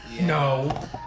No